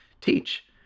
teach